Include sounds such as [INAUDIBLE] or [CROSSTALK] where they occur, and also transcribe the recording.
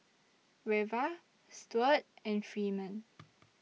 Reva Stuart and Freeman [NOISE]